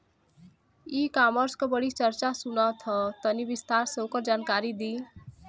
ई कॉमर्स क बड़ी चर्चा सुनात ह तनि विस्तार से ओकर जानकारी दी?